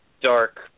dark